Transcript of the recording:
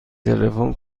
تلفن